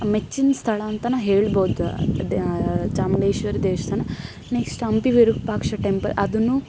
ಮೆಚ್ಚಿನ ಸ್ಥಳ ಅಂತಲೇ ಹೇಳ್ಬೋದು ದಾ ಚಾಮುಂಡೇಶ್ವರಿ ದೇವಸ್ಥಾನ ನೆಕ್ಸ್ಟ್ ಹಂಪಿ ವಿರೂಪಾಕ್ಷ ಟೆಂಪಲ್ ಅದನ್ನು